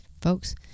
folks